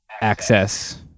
access